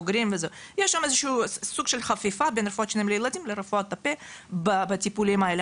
יש שם סוג של חפיפה בין רפואת שיניים לילדים לרפואת הפה בטיפולים האלה.